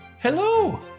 hello